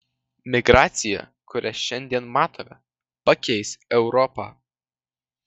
migracija kurią šiandien matome pakeis europą